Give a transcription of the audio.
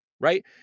right